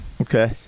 Okay